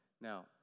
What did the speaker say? now